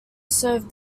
serve